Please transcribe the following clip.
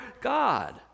God